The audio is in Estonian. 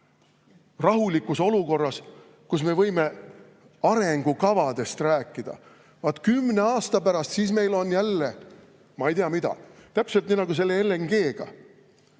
rahulikus olukorras, kus me võime arengukavadest rääkida. Vaat kümne aasta pärast, siis meil on jälle ma ei tea mida. Täpselt nii nagu selle LNG-ga.